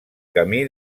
camí